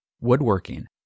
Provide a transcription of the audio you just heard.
woodworking